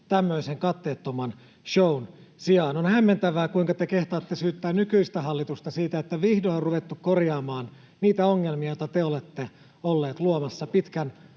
tämmöisen katteettoman show’n sijaan. On hämmentävää, kuinka te kehtaatte syyttää nykyistä hallitusta siitä, että vihdoin on ruvettu korjaamaan niitä ongelmia, joita te olette olleet luomassa